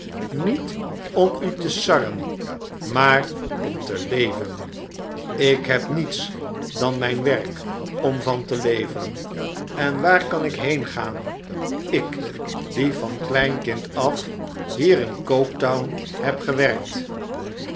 niet om u te sarren maar om te leven ik heb niets dan mijn werk om van te leven en waar kan ik heengaan ik die van klein kind af hier in coketown heb gewerkt